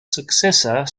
successor